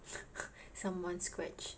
someone scratched